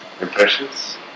impressions